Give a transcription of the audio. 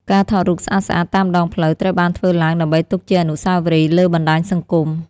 ការថតរូបស្អាតៗតាមដងផ្លូវត្រូវបានធ្វើឡើងដើម្បីទុកជាអនុស្សាវរីយ៍លើបណ្ដាញសង្គម។